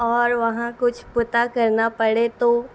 اور وہاں کچھ پتہ کرنا پڑے تو